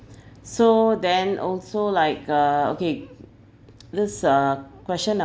so then also like uh okay this uh question number